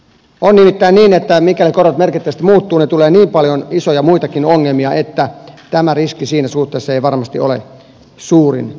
on nimittäin niin että mikäli korot merkittävästi muuttuvat niin tulee niin paljon muitakin isoja ongelmia että tämä riski siinä suhteessa ei varmasti ole suurin ongelmamme